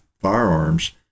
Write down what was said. firearms